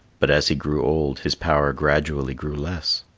but as he grew old, his power gradually grew less.